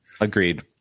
Agreed